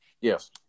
Yes